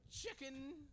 chicken